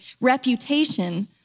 reputation